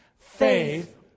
Faith